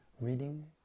reading